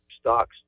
stocks